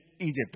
Egypt